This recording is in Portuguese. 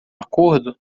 acordo